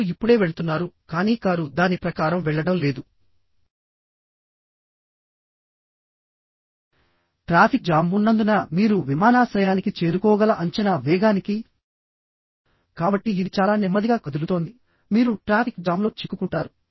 మీరు ఇప్పుడే వెళ్తున్నారు కానీ కారు దాని ప్రకారం వెళ్ళడం లేదు ట్రాఫిక్ జామ్ ఉన్నందున మీరు విమానాశ్రయానికి చేరుకోగల అంచనా వేగానికికాబట్టి ఇది చాలా నెమ్మదిగా కదులుతోంది మీరు ట్రాఫిక్ జామ్లో చిక్కుకుంటారు